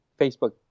Facebook